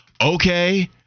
Okay